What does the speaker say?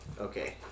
Okay